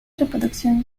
reproducción